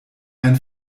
ein